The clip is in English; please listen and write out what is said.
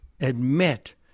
admit